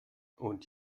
und